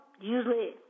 usually